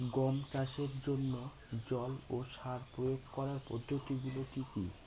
গম চাষের জন্যে জল ও সার প্রয়োগ করার পদ্ধতি গুলো কি কী?